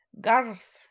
Garth